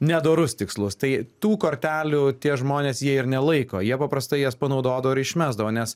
nedorus tikslus tai tų kortelių tie žmonės jie ir nelaiko jie paprastai jas panaudodavo ir išmesdavo nes